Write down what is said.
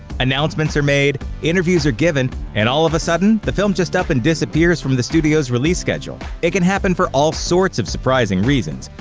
announcements are made, interviews are given, and all of a sudden, the film just up and disappears from the studio's release schedule. it can happen for all sorts of surprising reasons,